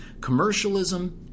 Commercialism